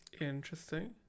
Interesting